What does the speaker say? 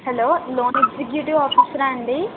hello loan executive ఆఫీసరా అండి